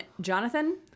Jonathan